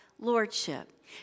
Lordship